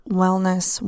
wellness